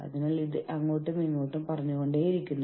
അതിനാൽ സംഘടനകൾ അവരുടെ തന്ത്രങ്ങളുമായി വരുന്നു